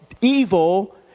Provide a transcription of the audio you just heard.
evil